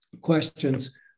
questions